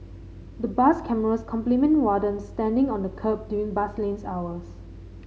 the bus cameras complement wardens standing on the kerb during bus lanes hours